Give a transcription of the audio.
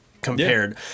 compared